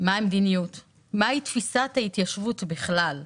מה המדיניות, מהי תפיסת ההתיישבות בכלל,